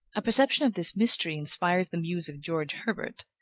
a perception of this mystery inspires the muse of george herbert,